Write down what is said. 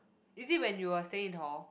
is it when you are staying in hall